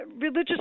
religious